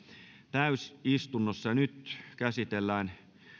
täysistunnossa nyt käsitellään